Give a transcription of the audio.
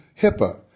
HIPAA